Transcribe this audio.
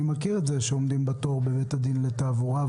אני מכיר את זה שעומדים בתור בבתי דין לתעבורה,